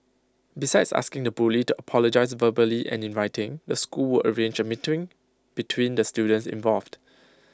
besides asking the bully to apologise verbally and in writing the school arrange A meeting between the students involved